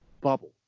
bubble